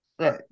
Right